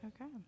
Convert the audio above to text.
Okay